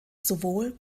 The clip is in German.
sowohl